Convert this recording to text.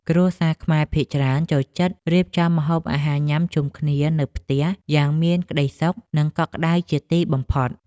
គ្រួសារខ្មែរភាគច្រើនចូលចិត្តរៀបចំម្ហូបអាហារញ៉ាំជុំគ្នានៅផ្ទះយ៉ាងមានក្ដីសុខ និងកក់ក្ដៅជាទីបំផុត។